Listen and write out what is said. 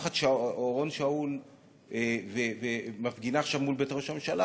משפחת אורון שאול מפגינה עכשיו מול בית ראש הממשלה,